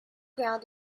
ground